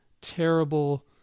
terrible